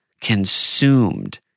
consumed